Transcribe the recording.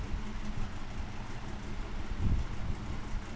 वयक्तिक बँकमा खाजगी बँकना सहभाग शे पैसा जमा करात तर त्याना साठे जिम्मेदार शे